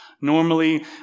Normally